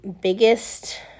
biggest